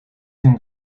een